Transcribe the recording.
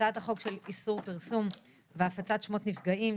והצעת החוק על איסור פרסום והפצת שמות נפגעים,